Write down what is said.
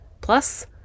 Plus